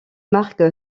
marque